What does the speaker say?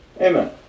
Amen